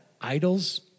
idols